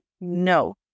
No